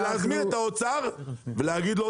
להזמין את האוצר ולהגיד לו,